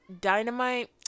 Dynamite